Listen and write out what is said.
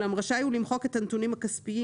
ואולם רשאי הוא למחוק את הנתונים הכספיים